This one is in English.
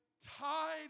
tied